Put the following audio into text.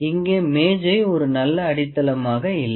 இங்கே மேஜை ஒரு நல்ல அடித்தளமாக இல்லை